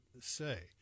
say